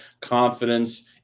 confidence